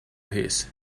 his